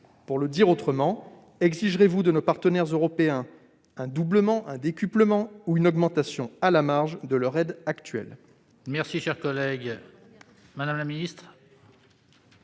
Pour le dire autrement, exigerez-vous de nos partenaires européens un doublement, un décuplement ou une augmentation à la marge de leur aide actuelle ?